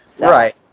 Right